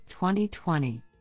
2020